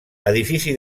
edifici